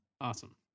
Awesome